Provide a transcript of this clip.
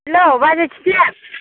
hello बाजै थिफ्लें